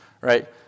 right